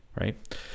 Right